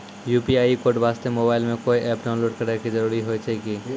UPI code वास्ते mobile मे कोय एप्प डाउनलोड करे के जरूरी होय छै की?